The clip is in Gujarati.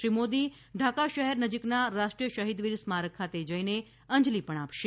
શ્રી મોદી ઢાકા શહેર નજીકના રાષ્ટ્રીય શહિદવીર સ્મારક ખાતે જઈને અંજલી આપશે